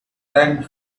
ranked